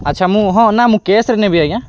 ଆଚ୍ଛା ମୁଁ ହଁ ନା ମୁଁ କ୍ୟାସ୍ରେ ନେବି ଆଜ୍ଞା